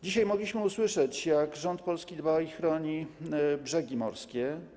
Dzisiaj mogliśmy usłyszeć jak rząd Polski dba i chroni brzegi morskie.